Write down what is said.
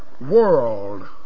world